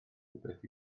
rywbeth